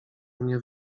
mnie